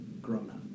grown-up